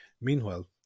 Meanwhile